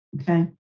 okay